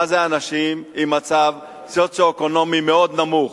מה זה אנשים במצב סוציו-אקונומי מאוד נמוך.